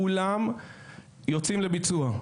כולם יוצאים לביצוע.